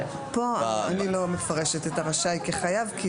פה אני לא מפרשת את ה"רשאי" כחייב.